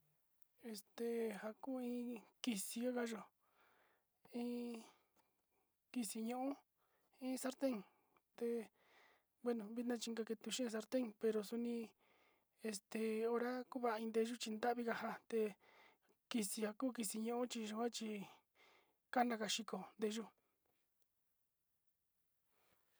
Ja ku in kisi ñuu chi va´axe ka ja chi asi ka ja nteyu te ntaka in kisi nkeko vitna chi nta´avi ka ja in teleyu sa’aya.